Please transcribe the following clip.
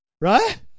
Right